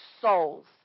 souls